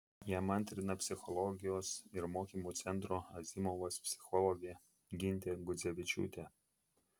jam antrina psichologijos ir mokymų centro azimovas psichologė gintė gudzevičiūtė